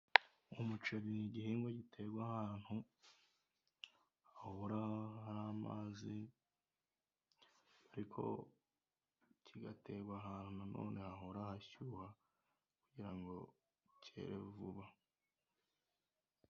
Umuceri ni igihingwa gitegwa ahantu hahora hari amazi, ariko kigategwa ahantu na none hahora hashyuha kugira ngo cyere vuba.